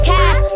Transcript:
Cash